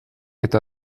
eta